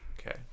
Okay